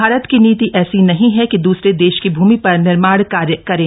भारत की नीति ऐसी नहीं है की दूसरे देश की भूमि पर निर्माण कार्य करें